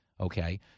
Okay